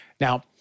Now